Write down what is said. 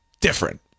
Different